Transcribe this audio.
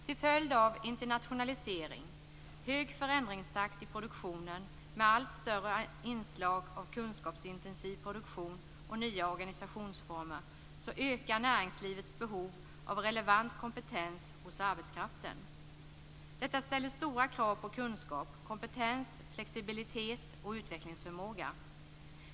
Till följd av internationalisering, hög förändringstakt i produktionen med allt större inslag av kunskapsintensiv produktion och nya organisationsformer ökar näringslivets behov av relevant kompetens hos arbetskraften. Detta ställer stora krav på kunskap, kompetens, flexibilitet och utvecklingsförmåga.